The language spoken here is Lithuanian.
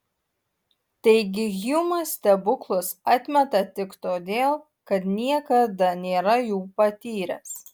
taigi hjumas stebuklus atmeta tik todėl kad niekada nėra jų patyręs